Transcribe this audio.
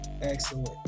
Excellent